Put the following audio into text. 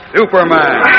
Superman